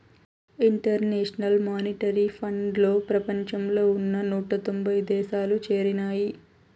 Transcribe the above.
international monetary ఫండ్లో ప్రపంచంలో ఉన్న నూట తొంభై దేశాలు చేరినాయి